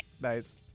Nice